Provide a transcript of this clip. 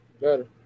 Better